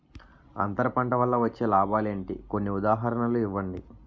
అంతర పంట వల్ల వచ్చే లాభాలు ఏంటి? కొన్ని ఉదాహరణలు ఇవ్వండి?